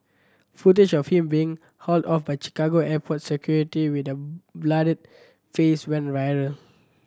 footage of him being hauled off by Chicago airport security with a bloodied face went viral